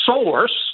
source